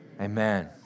amen